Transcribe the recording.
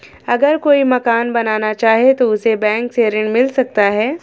अगर कोई मकान बनाना चाहे तो उसे बैंक से ऋण मिल सकता है?